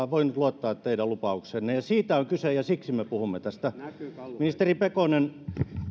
voinut luottaa teidän lupaukseenne ja siitä on kyse ja siksi me puhumme tästä ministeri pekonen